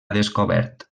descobert